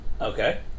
Okay